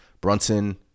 Brunson